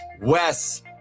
Wes